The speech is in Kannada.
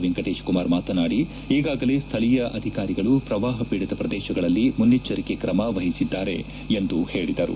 ವೆಂಕಟೇಶಕುಮಾರ ಮಾತನಾಡಿ ಈಗಾಗಲೇ ಸ್ಥಳೀಯ ಅಧಿಕಾರಿಗಳು ಪ್ರವಾಪ ಪೀಡಿತ ಪ್ರದೇಶಗಳಲ್ಲಿ ಮುನ್ನೆಚ್ಚರಿಕೆ ಕ್ರಮ ವಹಿಸಿದ್ದಾರೆ ಎಂದು ಹೇಳಿದರು